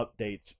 updates